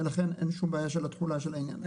ולכן אין שום בעיה של התחולה של העניין.